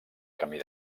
camí